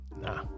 Nah